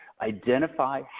Identify